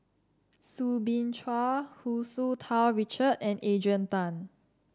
Soo Bin Chua Hu Tsu Tau Richard and Adrian Tan